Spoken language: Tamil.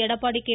எடப்பாடி கே